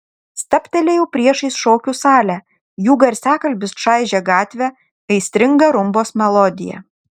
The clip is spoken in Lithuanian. stabtelėjau priešais šokių salę jų garsiakalbis čaižė gatvę aistringa rumbos melodija